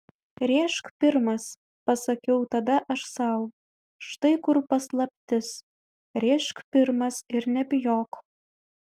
rėžk pirmas pasakiau tada aš sau štai kur paslaptis rėžk pirmas ir nebijok